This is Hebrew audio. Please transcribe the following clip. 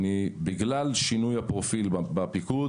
בגלל שינוי הפרופיל בפיקוד,